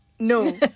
No